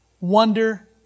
wonder